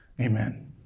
Amen